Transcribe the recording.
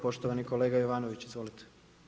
Poštovani kolega Jovanović, izvolite.